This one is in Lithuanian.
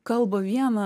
kalba viena